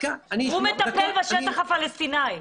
הוא מטפל בשטח הפלסטינאי.